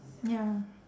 ya